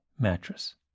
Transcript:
Mattress